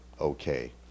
okay